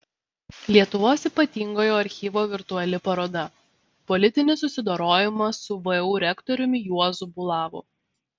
lietuvos ypatingojo archyvo virtuali paroda politinis susidorojimas su vu rektoriumi juozu bulavu